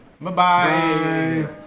Bye-bye